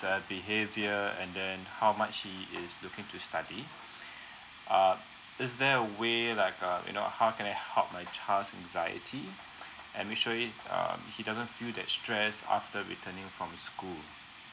uh behaviour and then how much he is looking to study uh is there a way like uh you know how can I help my child's anxiety and I make sure it um he doesn't feel that stress after returning from school